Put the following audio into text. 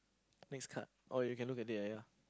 next card oh you can look at it ah ya